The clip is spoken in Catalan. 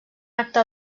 acte